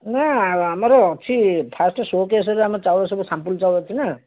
ନା ଆମର ଅଛି ଫାଷ୍ଟ୍ ସୋକେସ୍ରେ ଆମ ଚାଉଳ ସବୁ ସାମ୍ପୁଲ୍ ଚାଉଳ ଅଛି ନା